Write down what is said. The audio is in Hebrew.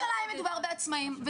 מדובר בעצמאים?